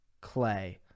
clay